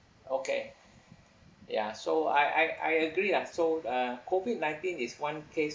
okay ya so I I I agree lah so uh COVID-nineteen is one case